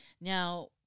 Now